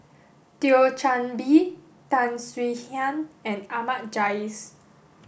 Thio Chan Bee Tan Swie Hian and Ahmad Jais